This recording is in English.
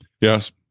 yes